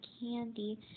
candy